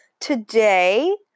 Today